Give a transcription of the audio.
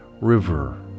river